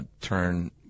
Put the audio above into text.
turn